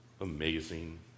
amazing